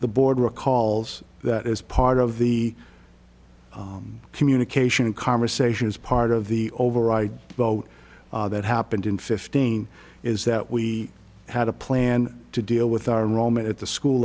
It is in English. the board recalls that is part of the communication and conversation is part of the override vote that happened in fifteen is that we had a plan to deal with our roman at the school